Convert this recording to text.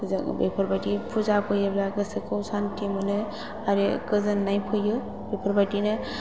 जोङो बेफोर बायदि फुजा फैयोब्ला गोसोखौ सान्थि मोनो आरो गोजोन्नाय फैयो बेफोर बायदिनो